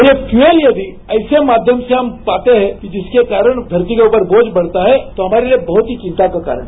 और ये फ्यूल यदि ऐसे माध्यम से हम पाते हैं जिसके कारण धरती के ऊपर बोझ बढ़ता है तो हमारे लिए बहुतही चिंता का कारण है